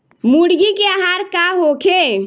मुर्गी के आहार का होखे?